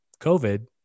COVID